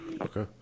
Okay